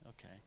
Okay